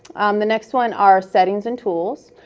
the next ones are settings and tools.